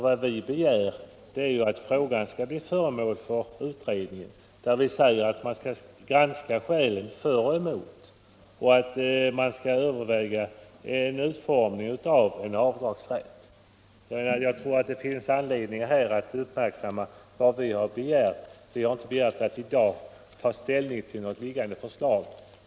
Vad vi begär är nämligen att frågan skall utredas. Vi säger att man skall granska skälen för och emot avdragsrätt och överväga den närmare utformningen av en sådan avdragsrätt. Vi har inte begärt att riksdagen i dag skall ta ställning till något färdigt förslag.